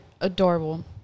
adorable